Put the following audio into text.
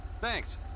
Thanks